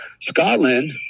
Scotland